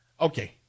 Okay